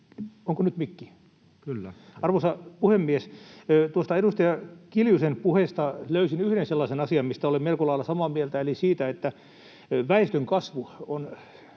Onko nyt mikki?] — Kyllä. Arvoisa puhemies! Tuosta edustaja Kiljusen puheesta löysin yhden sellaisen asian, mistä olen melko lailla samaa mieltä, eli sen, että väestönkasvu on